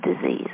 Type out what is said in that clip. disease